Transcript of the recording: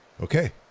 Okay